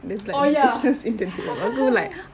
oh ya